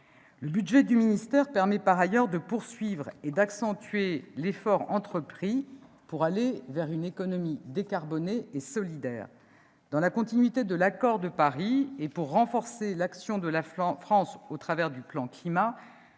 Le budget du ministère permet en outre de poursuivre et d'accentuer l'effort entrepris pour aller vers une économie décarbonée et solidaire. Dans la continuité de l'accord de Paris et pour renforcer l'action de la France au travers du plan Climat,